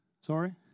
Sorry